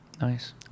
Nice